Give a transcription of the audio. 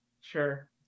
Sure